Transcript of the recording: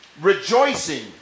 Rejoicing